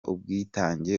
ubwitange